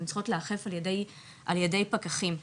הן צריכות להיאכף על ידי פקחים.